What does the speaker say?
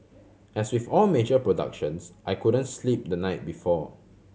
as with all major productions I couldn't sleep the night before